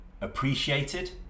appreciated